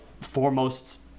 foremost